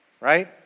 right